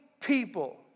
people